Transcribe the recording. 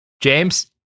James